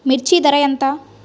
మిర్చి ధర ఎంత?